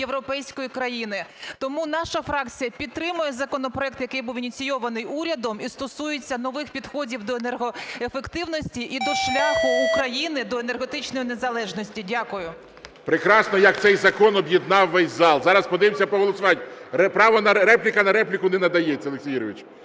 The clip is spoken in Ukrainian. європейської країни. Тому наша фракція підтримує законопроект, який був ініційований урядом і стосується нових підходів до енергоефективності, і до шляху України до енергетичної незалежності. Дякую. ГОЛОВУЮЧИЙ. Прекрасно, як цей закон об'єднав весь зал. Зараз подивимося по голосуванню. Репліка на репліку не надається, Олексій Юрійович.